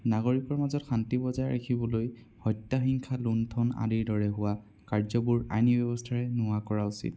নাগৰিকৰ মাজত শান্তি বজাই ৰাখিবলৈ হত্যা হিংসা লুণ্ঠন আদিৰ দৰে হোৱা কাৰ্য্যবোৰ আইনী ব্যৱস্থাৰে নোহোৱা কৰা উচিত